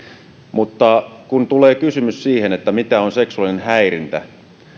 mutta kun tulee kysymys siitä mitä on seksuaalinen häirintä